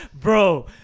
Bro